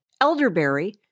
elderberry